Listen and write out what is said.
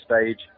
stage